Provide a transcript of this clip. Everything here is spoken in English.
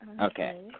Okay